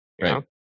Right